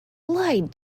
lied